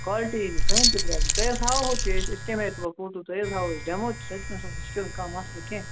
quality یِینہٕ کِہیٖنۍ تہِ پرٚابلِم تۄہہِ حظ ہاوو تہِ أسۍ أسۍ کمہِ آیہِ تُلو فوٹو تۄہہِ حظ ہاوو أسۍ ڈیٚمو تہِ تتۍ نَس سُہ چھُنہٕ کانٛہہ مسلہٕ کیٚنٛہہ